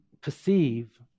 perceive